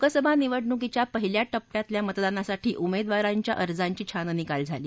लोकसभा निवडणुकीच्या पहिल्या टप्प्यातल्या मतदानासाठी उमेदवारांच्या अर्जांची छाननी काल झाली